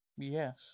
Yes